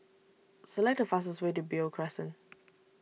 select the fastest way to Beo Crescent